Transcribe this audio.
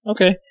Okay